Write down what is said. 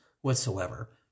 whatsoever